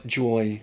joy